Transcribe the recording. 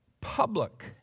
public